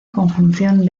conjunción